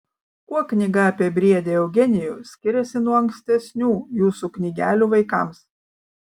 kuo knyga apie briedį eugenijų skiriasi nuo ankstesnių jūsų knygelių vaikams